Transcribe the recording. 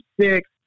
six